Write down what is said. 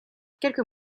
quelques